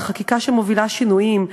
זו חקיקה שמובילה שינויים.